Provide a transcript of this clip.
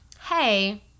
hey